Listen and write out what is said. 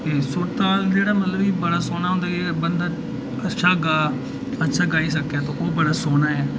सुर ताल जेह्ड़ा मतलब कि बड़ा सोह्ना होंदा बंदा अच्छा गाऽ गाई सकै ओह् बड़ा सोह्ना ऐ